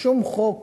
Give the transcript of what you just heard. שום חוק